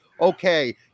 Okay